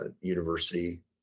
university